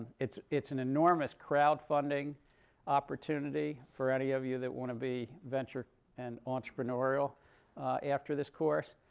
it's it's an enormous crowdfunding opportunity for any of you that want to be venture and entrepreneurial after this course.